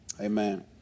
Amen